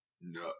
No